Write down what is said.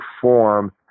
form